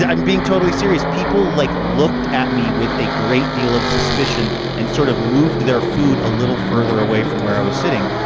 i'm being totally serious. people, like, looked at me with a great deal of suspicion and sort of moved their food a little further away from where i was sitting.